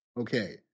Okay